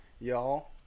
y'all